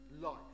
life